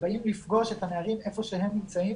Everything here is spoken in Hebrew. לפגוש את הנערים היכן שהם נמצאים